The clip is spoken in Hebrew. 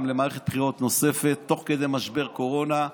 למערכת בחירות נוספת תוך כדי משבר קורונה,